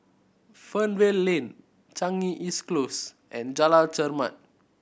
Fernvale Lane Changi East Close and Jalan Chermat